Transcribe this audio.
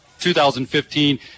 2015